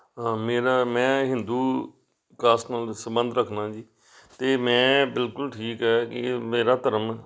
ਹਾਂ ਮੇਰਾ ਮੈਂ ਹਿੰਦੂ ਕਾਸਟ ਨਾਲ ਸੰਬੰਧ ਰੱਖਦਾ ਜੀ ਅਤੇ ਮੈਂ ਬਿਲਕੁਲ ਠੀਕ ਹੈ ਕਿ ਮੇਰਾ ਧਰਮ